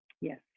Yes